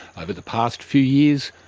over the past few years,